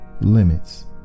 limits